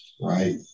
Right